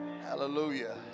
Hallelujah